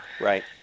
right